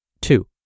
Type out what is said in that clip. Two